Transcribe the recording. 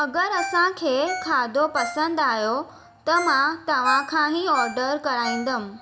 अगरि असांखे खाधो पसंदि आहियो त तव्हांखां ई ऑडर कराईंदमि